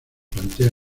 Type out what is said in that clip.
plantea